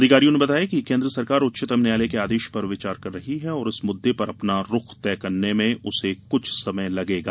अधिकारियों ने बताया कि केन्द्र सरकार उच्चतम न्यायालय के आदेश पर विचार कर रही है और इस मुद्दे पर अपना रुख तय करने में उसे कुछ समय लगेगा